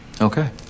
Okay